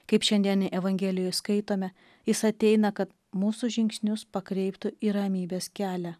kaip šiandienėj evangelijoj skaitome jis ateina kad mūsų žingsnius pakreiptų į ramybės kelią